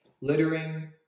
Littering